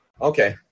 Okay